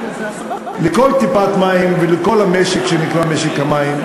לכל טיפת מים ולכל המשק שנקרא משק המים.